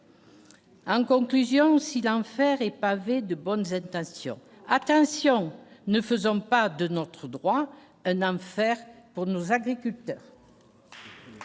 en conclusion si l'enfer est pavé de bonnes adaptations : attention, ne faisons pas de notre droit un enfer pour nos agriculteurs.